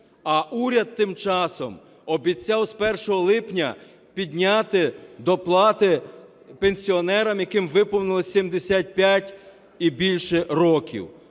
А уряд тим часом обіцяв з 1 липня підняти доплати пенсіонерам, яким виповнилось 75 і більше років,